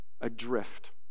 Adrift